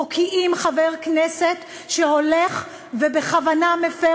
מוקיעים חבר כנסת שהולך ובכוונה מפר